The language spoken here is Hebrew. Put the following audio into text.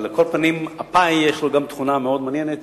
על כל פנים, ה"פאי" יש לו גם תכונה מאוד מעניינת,